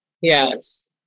yes